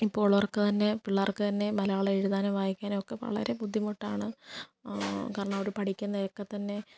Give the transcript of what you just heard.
ഇപ്പോൾ ഉള്ളവർക്ക് തന്നെ പിള്ളേർക്ക് തന്നെ മലയാളം എഴുതാനും വായിക്കാനോക്കെ വളരെ ബുദ്ധിമുട്ടാണ് കാരണം അവര് പഠിക്കുന്നതൊക്കെ തന്നെ